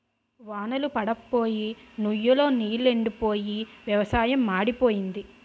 వాన్ళ్లు పడప్పోయి నుయ్ లో నీలెండిపోయి వ్యవసాయం మాడిపోయింది